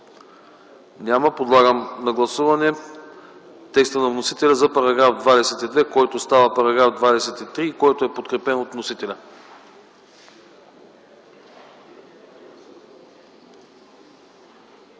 Няма. Подлагам на гласуване текста на вносителя за § 22, който става § 23 и който е подкрепен от вносителя.